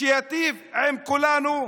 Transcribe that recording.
שייטיב עם כולנו: